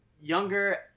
Younger